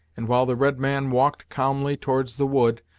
and while the red man walked calmly towards the wood,